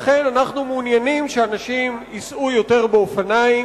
לכן אנחנו מעוניינים שאנשים ייסעו יותר באופניים,